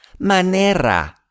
Manera